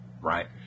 right